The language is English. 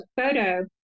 photo